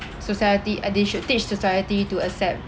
society uh they should teach society to accept